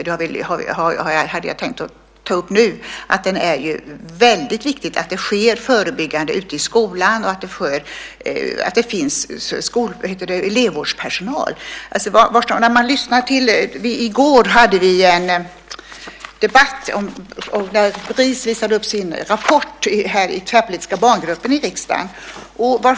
Jag hade tänkt ta upp nu att det är väldigt viktigt att det arbetas förebyggande ute i skolan och att det finns elevvårdspersonal. I går visade Bris upp sin rapport i Tvärpolitiska barngruppen i riksdagen.